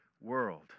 world